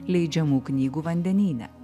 leidžiamų knygų vandenyne